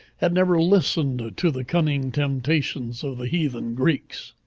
had never listened to the cunning temptations of the heathen greeks.